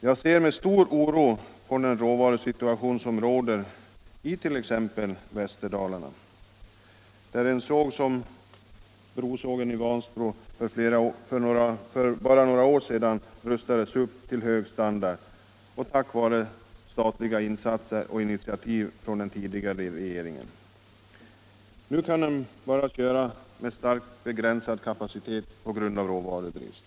Jag ser med stor oro på den råvarusituation som råder i t.ex. Västerdalarna, där en såg som Brosågen i Vansbro för bara några år sedan rustades upp till hög standard tack vare statliga insatser och initiativ från den tidigare regeringen. Nu kan den bara köras med starkt begränsad kapacitet, på grund av råvarubrist.